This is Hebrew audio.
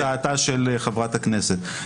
נכון, הצעתה של חברת הכנסת.